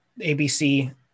ABC